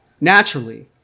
Naturally